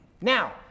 Now